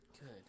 Good